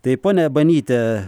tai ponia banytė